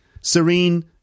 Serene